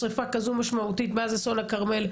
שריפה כזאת משמעותית מאז אסון הכרמל,